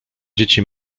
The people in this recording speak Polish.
dzieci